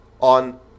on